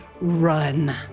run